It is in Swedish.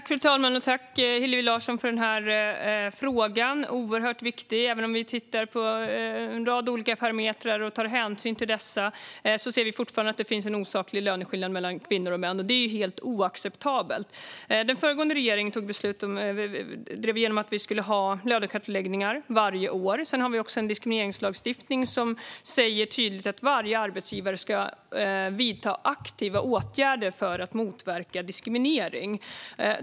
Fru talman! Tack, Hillevi Larsson, för frågan! Den är oerhört viktig. Även om vi tar hänsyn till en rad olika parametrar ser vi fortfarande att det finns en osaklig löneskillnad mellan kvinnor och män, och det är helt oacceptabelt. Den föregående regeringen drev igenom att vi skulle ha lönekartläggningar varje år. Sedan har vi också en diskrimineringslagstiftning som tydligt säger att varje arbetsgivare ska vidta aktiva åtgärder för att motverka diskriminering.